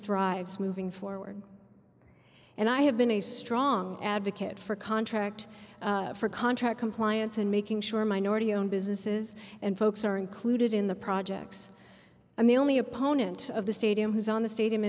thrives moving forward and i have been a strong advocate for contract for contract compliance and making sure minority owned businesses and folks are included in the projects i'm the only opponent of the stadium who's on the stadium